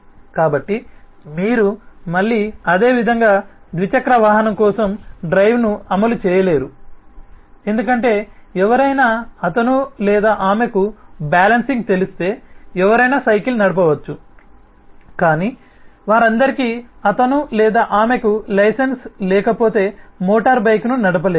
కాబట్టి మీరు మళ్ళీ అదేవిధంగా ద్విచక్ర వాహనం కోసం డ్రైవ్ను అమలు చేయలేరు ఎందుకంటే ఎవరైనా అతను లేదా ఆమెకు బ్యాలెన్సింగ్ తెలిస్తే ఎవరైనా సైకిల్ను నడపవచ్చు కాని వారందరికీ అతను లేదా ఆమెకు లైసెన్స్ లేకపోతే మోటారు బైక్ను నడపలేరు